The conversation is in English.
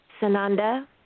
Sananda